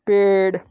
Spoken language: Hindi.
पेड़